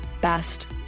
best